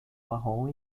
marrom